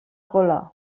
gola